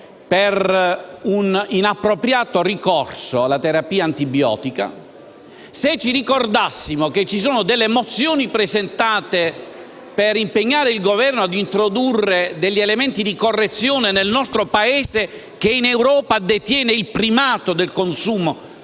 per un inappropriato ricorso alla terapia antibiotica, se ci ricordassimo che ci sono delle mozioni presentate per impegnare il Governo a introdurre degli elementi di correzione nel nostro Paese, che in Europa detiene il primato del consumo